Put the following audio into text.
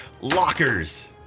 lockers